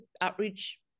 outreach